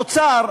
האוצר,